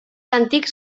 antics